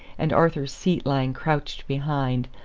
and arthur's seat lying crouched behind,